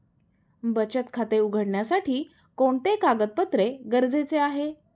बचत खाते उघडण्यासाठी कोणते कागदपत्रे गरजेचे आहे?